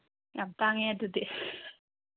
ꯌꯥꯝ ꯇꯥꯡꯉꯤ ꯑꯗꯨꯗꯤ